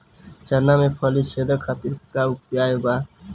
चना में फली छेदक खातिर का उपाय बा?